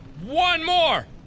one more,